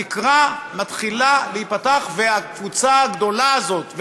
התקרה מתחילה להיפתח והקבוצה הגדולה הזאת,